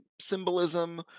symbolism